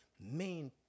main